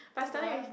but